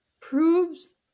proves